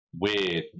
weird